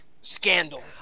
scandal